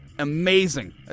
amazing